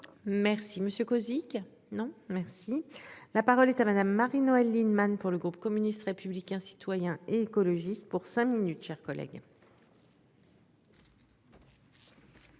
merci, la parole est à madame Marie-Noëlle Lienemann. Pour le groupe communiste, républicain, citoyen et écologiste pour cinq minutes, chers collègues.